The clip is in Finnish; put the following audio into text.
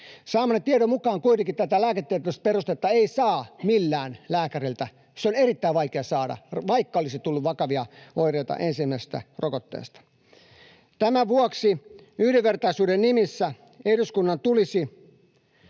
Saamani tiedon mukaan kuitenkaan tätä lääketieteellistä perustetta ei saa lääkäriltä millään. Sitä on erittäin vaikea saada, vaikka olisi tullut vakavia oireita ensimmäisestä rokotteesta. Tämän vuoksi, yhdenvertaisuuden nimissä, eduskunnan tulisi